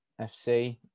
FC